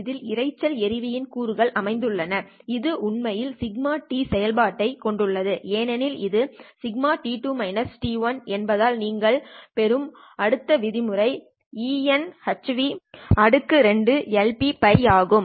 இதில் இரைச்சல் எறிவின் கூறுகள் அமைந்துள்ளது இது உண்மையில் 𝛿τ செயல்பாட்டைக் கொண்டுள்ளது ஏனெனில் அது 𝛿t2 - t1 என்பதால் நீங்கள் பெறும் அடுத்த விதிமுறை eηhν2 Lpτ ஆகும்